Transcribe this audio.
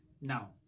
now